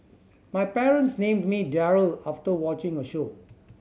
my parents named me Daryl after watching a show